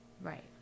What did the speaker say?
Right